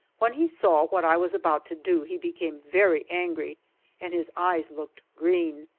when he saw what i was about to do he became very angry and his eyes looked green.